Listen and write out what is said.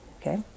okay